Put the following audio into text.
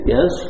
Yes